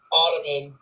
ottoman